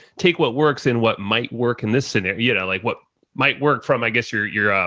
take what works in what might work in this scenario, you know, like what might work from, i guess your, your, um,